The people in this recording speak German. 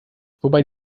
wobei